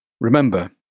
Remember